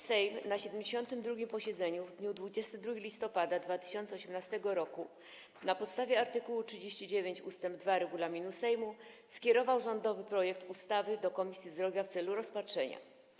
Sejm na 72. posiedzeniu w dniu 22 listopada 2018 r. na podstawie art. 39 ust. 2 regulaminu Sejmu skierował rządowy projekt ustawy do Komisji Zdrowia w celu rozpatrzenia.